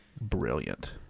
brilliant